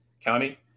county